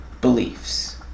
beliefs